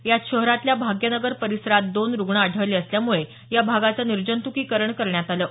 यात शहरातल्या भाग्यनगर परिसरात दोन रुग्ण आढळले असल्यामुळं या भागाचं निर्जंतुकीकरण करण्यात आलं आहे